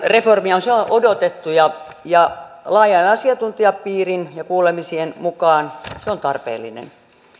reformia on odotettu ja ja laajan asiantuntijapiirin ja kuulemisien mukaan se on tarpeellinen